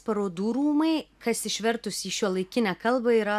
parodų rūmai kas išvertus į šiuolaikinę kalbą yra